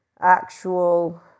actual